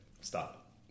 stop